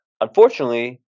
Unfortunately